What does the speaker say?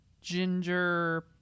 ginger